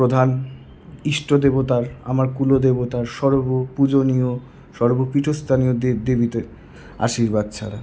প্রধান ইস্টদেবতার আমার কুলদেবতার সর্বপূজনীয় সর্বপীঠস্থানীয় দেবদেবীদের আশীর্বাদ ছাড়া